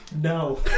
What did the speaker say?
No